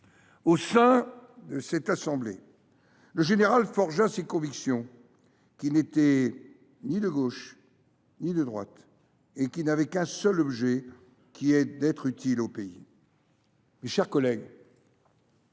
Au sein de cette assemblée, le général de Gaulle forgea ses convictions qui n’étaient « ni de gauche ni de droite » et qui n’avaient « qu’un seul objet qui est d’être utile au pays ». Mesdames, messieurs,